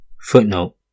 Footnote